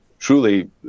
Truly